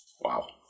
Wow